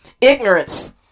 Ignorance